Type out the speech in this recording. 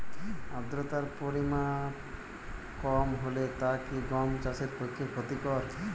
আর্দতার পরিমাণ কম হলে তা কি গম চাষের পক্ষে ক্ষতিকর?